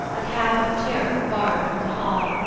a cap of tyrol borrowed from the hall,